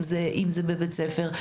אם זה בבית ספר,